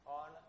on